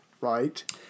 Right